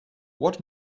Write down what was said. what